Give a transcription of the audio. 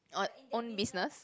orh own business